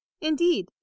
Indeed